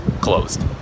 closed